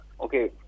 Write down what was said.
Okay